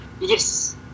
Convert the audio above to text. yes